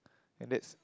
and that's